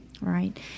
Right